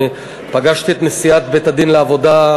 אני פגשתי את נשיאת בית-הדין לעבודה,